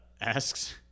asks